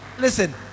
listen